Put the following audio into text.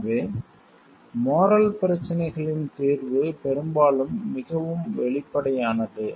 எனவே மோரல் பிரச்சினைகளின் தீர்வு பெரும்பாலும் மிகவும் வெளிப்படையானது